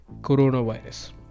coronavirus